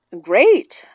Great